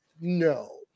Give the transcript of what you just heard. no